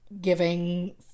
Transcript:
giving